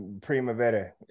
Primavera